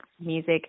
music